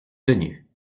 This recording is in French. venue